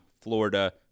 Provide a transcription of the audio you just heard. Florida